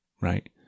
right